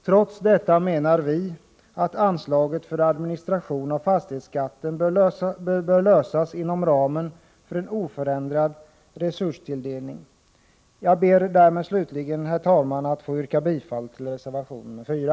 Trots detta anser vi att kostnaderna för administration av fastighetsskatten bör klaras inom ramen för en oförändrad resurstilldelning. Jag ber därmed slutligen, herr talman, att få yrka bifall till reservation nr 4.